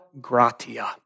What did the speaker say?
gratia